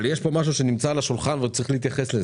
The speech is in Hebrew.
אבל יש פה משהו שנמצא על השולחן וצריך להתייחס לזה.